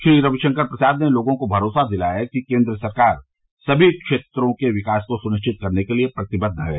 श्री रविशंकर प्रसाद ने लोगों को भरोसा दिलाया कि केंद्र सरकार समी क्षेत्रों के विकास को सुनिश्चित करने के लिए प्रतिबद्व है